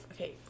okay